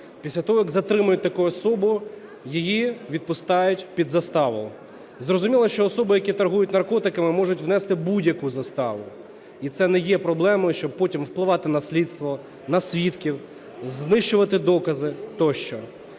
після того, як затримують таку особу, її відпускають під заставу. Зрозуміло, що особи, які торгують наркотиками можуть внести будь-яку заставу і це не є проблемою, щоб потім впливати на слідство, на свідків, знищувати докази, тощо.